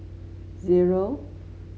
zero